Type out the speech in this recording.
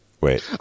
Wait